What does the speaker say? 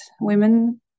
Women